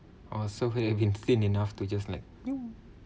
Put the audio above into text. oh so have been thin enough to just like